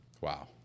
Wow